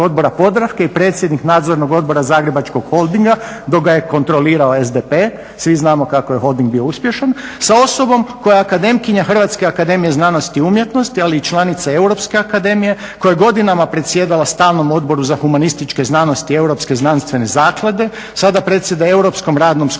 odbora Podravke i predsjednik Nadzornog odbora Zagrebačkog holdinga, dok ga je kontrolirao SDP, svi znamo kako je Holding bio uspješan, sa osobom koja je akademkinja HAZU, ali i članica Europske akademije koja je godinama predsjedala stalnom Odboru za humanističke znanosti Europske znanstvene zaklade, sada predsjeda Europskom radnom skupinom